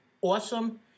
awesome